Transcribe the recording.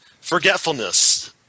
forgetfulness